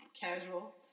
casual